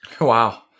Wow